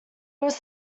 was